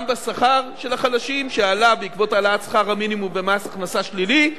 גם בשכר של החלשים שעלה בעקבות העלאת שכר המינימום ומס הכנסה שלילי,